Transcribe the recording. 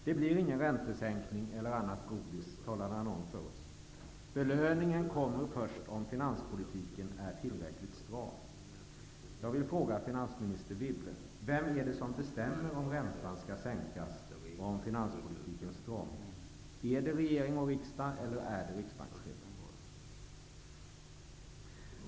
Det blir ingen räntesänkning eller annat godis, talade han om för oss. Belöningen kommer först om finanspolitiken är tillräckligt stram. Jag vill fråga finansminister Wibble: Vem är det som bestämmer om räntan skall sänkas och om finanspolitikens stramhet? Är det regering och riksdag, eller är det riksbankschefen?